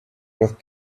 with